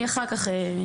אני אחר כך.